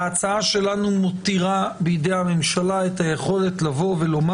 ההצעה שלנו מותירה בידי הממשלה את היכולת לומר: